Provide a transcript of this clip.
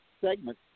segment